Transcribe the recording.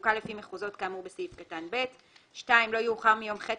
בחלוקה לפי מחוזות כאמור בסעיף קטן (ב); (2)לא יאוחר מיום ח'